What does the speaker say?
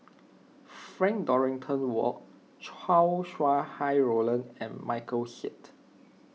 Frank Dorrington Ward Chow Sau Hai Roland and Michael Seet